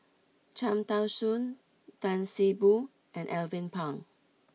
Cham Tao Soon Tan See Boo and Alvin Pang